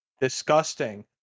Disgusting